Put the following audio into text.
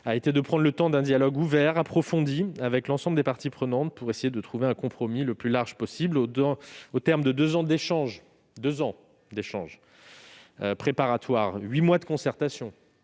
consisté à prendre le temps d'un dialogue ouvert, approfondi, avec l'ensemble des parties prenantes pour essayer de trouver un compromis le plus large possible. Nous avons mené deux ans d'échanges préparatoires et huit mois de concertations,